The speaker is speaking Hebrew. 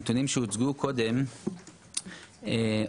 עושה רושם שיש אנשים שבעצם יוצאים מישראל,